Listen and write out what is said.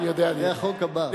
התשע"ב 2012,